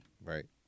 Right